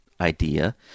idea